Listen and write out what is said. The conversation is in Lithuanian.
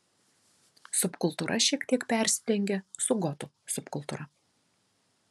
subkultūra šiek tiek persidengia su gotų subkultūra